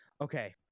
okay